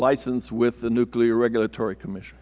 license with the nuclear regulatory commission